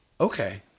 Okay